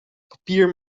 papier